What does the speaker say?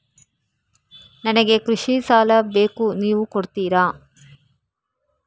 ನನಗೆ ಕೃಷಿ ಸಾಲ ಬೇಕು ನೀವು ಕೊಡ್ತೀರಾ?